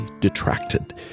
detracted